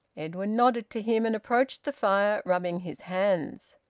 edwin nodded to him and approached the fire, rubbing his hands.